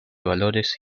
valores